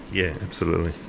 yeah absolutely.